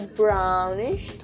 brownish